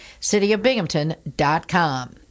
cityofbinghamton.com